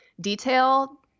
detail